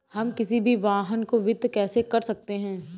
हम किसी भी वाहन को वित्त कैसे कर सकते हैं?